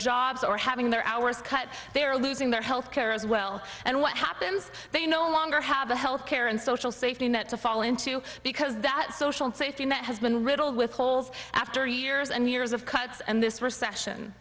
jobs or having their hours cut they are losing their health care as well and what happens they no longer have the health care and social safety net to fall into because that social safety net has been riddled with holes after years and years of cuts and this recession